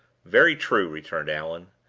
very true, returned allan.